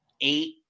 eight